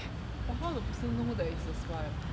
but how the person know that he's a spy